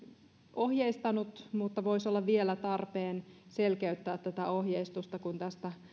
ohjeistanut mutta voisi olla vielä tarpeen selkeyttää ohjeistusta kun tästä